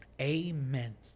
Amen